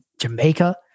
Jamaica